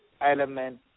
element